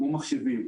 כמו מחשבים,